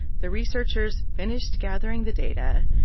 the researchers finished gathering the data.